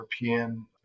European